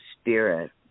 spirit